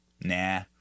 Nah